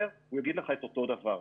הוא יגיד לך את אותו דבר.